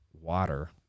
water